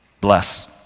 Bless